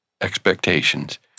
expectations